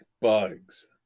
Bugs